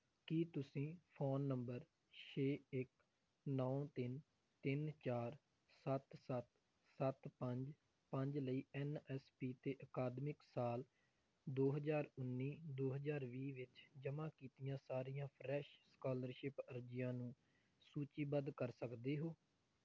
ਕੀ ਤੁਸੀਂ phone number ਛੇ ਇੱਕ ਨੌਂ ਤਿੰਨ ਤਿੰਨ ਚਾਰ ਸੱਤ ਸੱਤ ਸੱਤ ਪੰਜ ਪੰਜ ਲਈ ਐੱਨ ਐੱਸ ਪੀ 'ਤੇ ਅਕਾਦਮਿਕ ਸਾਲ ਦੋ ਹਜ਼ਾਰ ਉੱਨੀ ਦੋ ਹਜ਼ਾਰ ਵੀਹ ਵਿੱਚ ਜਮ੍ਹਾਂ ਕੀਤੀਆਂ ਸਾਰੀਆਂ ਫਰੈਸ਼ ਸਕਾਲਰਸ਼ਿਪ ਅਰਜ਼ੀਆਂ ਨੂੰ ਸੂਚੀਬੱਧ ਕਰ ਸਕਦੇ ਹੋ